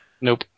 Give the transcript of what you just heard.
Nope